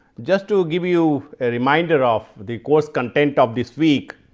just to give you a reminder of the course content of this week,